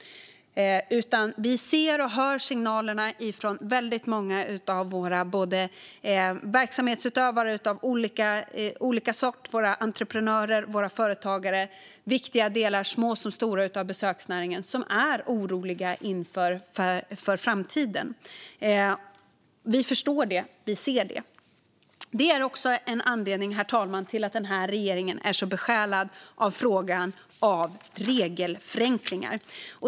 Vi ser och hör signalerna från väldigt många verksamhetsutövare av olika slag, entreprenörer och företagare - viktiga delar av besöksnäringen, både små och stora - som är oroliga inför framtiden. Vi förstår det, och vi ser det. Det är också en anledning, herr talman, till att den här regeringen är så besjälad av frågan om regelförenklingar.